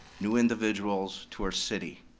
new individuals to our city.